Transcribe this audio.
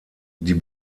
die